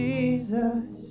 Jesus